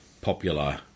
popular